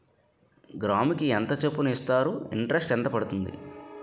గ్రాముకి ఎంత చప్పున ఇస్తారు? ఇంటరెస్ట్ ఎంత పడుతుంది?